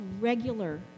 regular